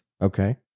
Okay